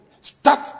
start